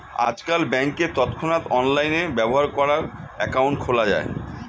আজকাল ব্যাংকে তৎক্ষণাৎ অনলাইনে ব্যবহার করার অ্যাকাউন্ট খোলা যায়